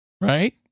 Right